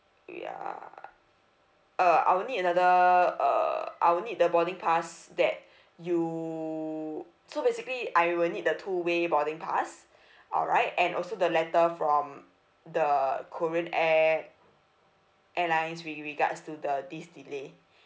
ya uh I will need another uh I will need the boarding pass that you so basically I will need the two way boarding pass alright and also the letter from the korean air airlines with regards to the this delay